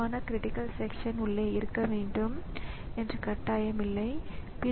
எனவே இது உங்களிடம் உள்ள எல்லா உபகரணங்களையும் துவக்கி செயல்படுத்தத் தொடங்கும்